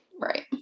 Right